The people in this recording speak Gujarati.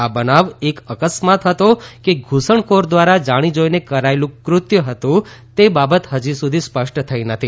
આ બનાવ એક અકસ્માત હતો કે ધુસણખોર દ્વારા જાણી જોઇને કરાયેલું કૃત્ય હતું તે બાબત હજી સુધી સ્પષ્ટ થઇ નથી